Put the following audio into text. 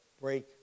break